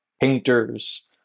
painters